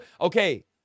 Okay